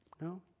No